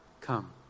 Come